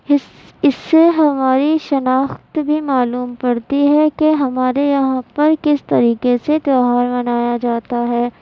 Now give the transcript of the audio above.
اس اس سے ہماری شناخت بھی معلوم پڑتی ہے کہ ہمارے یہاں پر کس طریقے سے تیوہار منایا جاتا ہے